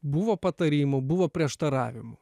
buvo patarimų buvo prieštaravimų